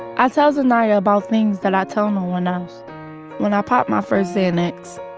i tell zainaya about things that i tell no one else when i popped my first xanax,